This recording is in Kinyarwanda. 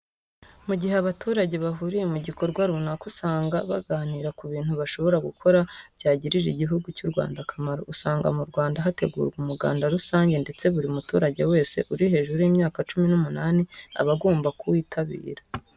Mu gihe abaturage bahuriye mu gikorwa runaka usanga baganira ku bintu bashobora gukora byagiriya Igihugu cy'u Rwanda akamaro. Usanga mu Rwanda hategurwa umuganda rusange ndetse buri muturage wese uri hejuru y'imyaka cumi n'umunani aba agomba kuwitabira.